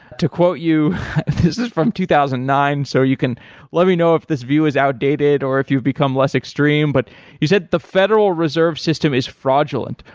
to quote you this is from two thousand and nine, so you can let me know if this view is outdated or if you've become less extreme, but you said the federal reserve system is fraudulent.